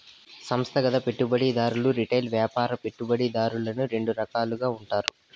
సంస్థాగత పెట్టుబడిదారులు రిటైల్ వ్యాపార పెట్టుబడిదారులని రెండు రకాలుగా ఉంటారు